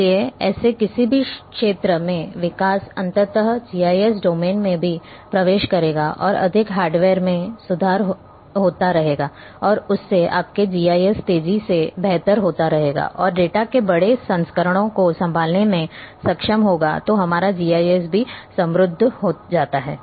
इसलिए ऐसे किसी भी क्षेत्र में विकास अंततः जीआईएस डोमेन में भी प्रवेश करेगा और अधिक हार्डवेयर में सुधार होता रहेगा और उससे आपका जीआईएस तेजी से बेहतर होता रहेगा और डेटा के बड़े संस्करणों को संभालने में सक्षम होगा तो हमारा जीआईएस भी समृद्ध हो जाता है